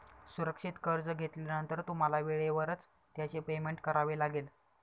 सुरक्षित कर्ज घेतल्यानंतर तुम्हाला वेळेवरच त्याचे पेमेंट करावे लागेल